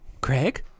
craig